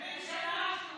70 שנה.